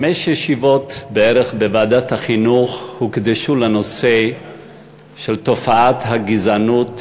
חמש ישיבות בערך בוועדת החינוך הוקדשו לנושא של תופעת הגזענות